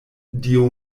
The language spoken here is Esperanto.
dio